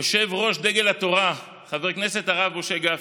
יושב-ראש דגל התורה, חבר הכנסת הרב משה גפני,